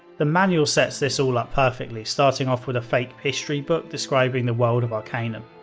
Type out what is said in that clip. the manual sets this all up perfectly, starting off with a fake history book describing the world of arcanum.